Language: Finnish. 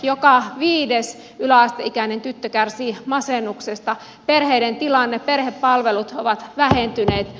joka viides yläasteikäinen tyttö kärsii masennuksesta perheiden tilanne perhepalvelut ovat vähentyneet